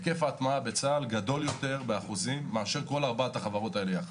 היקף ההטמעה בצה"ל גדול יותר באחוזים מאשר כל ארבעת החברות האלה יחד.